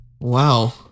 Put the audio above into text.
Wow